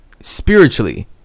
Spiritually